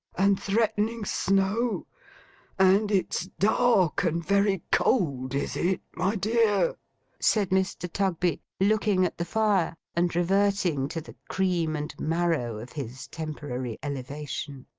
and threatening snow and it's dark, and very cold, is it, my dear said mr. tugby, looking at the fire, and reverting to the cream and marrow of his temporary elevation.